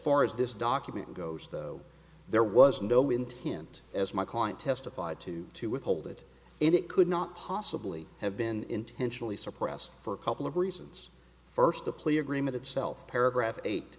far as this document goes though there was no intent as my client testified to to withhold it and it could not possibly have been intentionally suppressed for a couple of reasons first the plea agreement itself paragraph eight